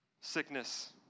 sickness